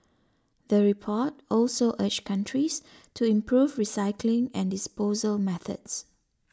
the report also urged countries to improve recycling and disposal methods